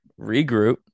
regroup